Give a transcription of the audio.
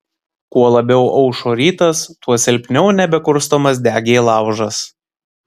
kuo labiau aušo rytas tuo silpniau nebekurstomas degė laužas